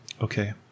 Okay